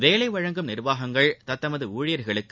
வேலை வழங்கும் நிர்வாகங்கள் தத்தமது ஊழியர்களுக்கு